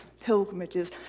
pilgrimages